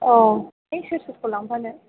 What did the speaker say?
औ सोर सोरखौ लांफानो